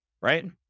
right